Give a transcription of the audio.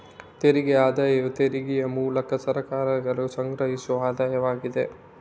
ತೆರಿಗೆ ಆದಾಯವು ತೆರಿಗೆಯ ಮೂಲಕ ಸರ್ಕಾರಗಳು ಸಂಗ್ರಹಿಸುವ ಆದಾಯವಾಗಿದೆ